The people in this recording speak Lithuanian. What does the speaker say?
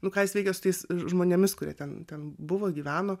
nu ką jis veikia su tais žmonėmis kurie ten ten buvo gyveno